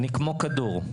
אני כמו כדור.